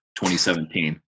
2017